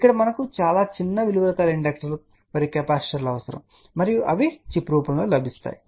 ఇక్కడ మనకు చాలా చిన్న విలువలు కల ఇండక్టర్ లు మరియు కెపాసిటర్లు అవసరం మరియు అవి చిప్ రూపంలో లభిస్తాయి